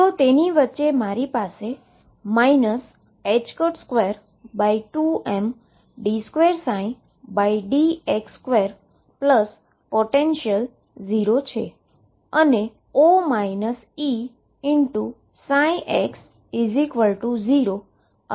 તો તેની વચ્ચે મારી પાસે 22md2dx2 વત્તા પોટેંશિયલ 0 છે